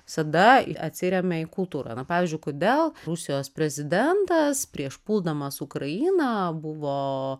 visada atsiremia į kultūrą na pavyzdžiui kodėl rusijos prezidentas prieš puldamas ukrainą buvo